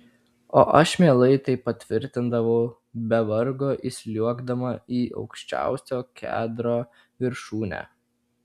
o aš mielai tai patvirtindavau be vargo įsliuogdama į aukščiausio kedro viršūnę